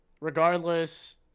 regardless